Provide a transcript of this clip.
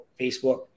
Facebook